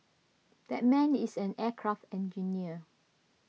that man is an aircraft engineer